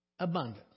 Abundant